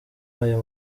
aya